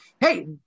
Hey